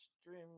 stream